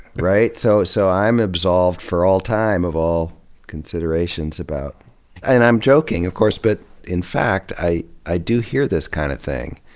right? so so i'm absolved for all time of all considerations about and i'm joking, of course, but in fact i i do hear this kind of thing,